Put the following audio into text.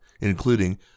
including